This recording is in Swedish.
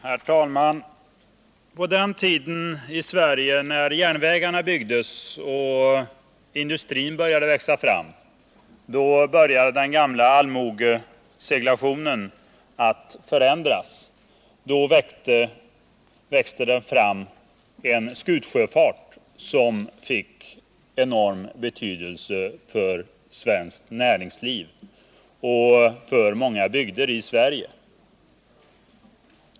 Herr talman! På den tiden i Sverige när järnvägarna byggdes och industrin började växa fram började den gamla allmogeseglationen att förändras. Då växte det fram en skutsjöfart som fick enorm betydelse för svenskt näringsliv och för många bygder i Sverige.